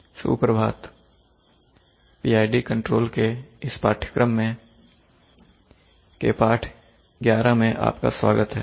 शब्द संग्रह समय त्रुटि एक्चुएटर नियंत्रक gain transfer function actuator saturation सुप्रभातPID कंट्रोल के इस पाठ्यक्रम के पाठ 11 मैं आपका स्वागत है